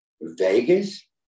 Vegas